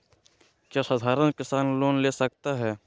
क्या साधरण किसान लोन ले सकता है?